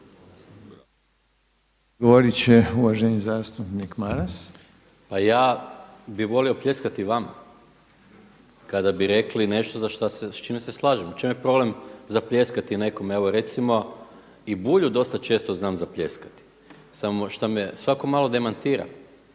Odgovorit će uvaženi zastupnik Maras. **Maras, Gordan (SDP)** Pa ja bih volio pljeskati vama kada bi rekao nešto s čime se slažem. U čemu je problem zapljeskati nekome? Evo recimo i Bulju dosta često znam zapljeskati samo šta me svako malo demantira